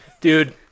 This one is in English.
Dude